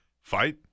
fight